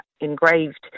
engraved